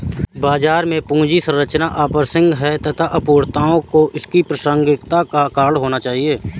बाजार में पूंजी संरचना अप्रासंगिक है, अपूर्णताओं को इसकी प्रासंगिकता का कारण होना चाहिए